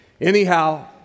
Anyhow